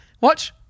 Watch